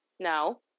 no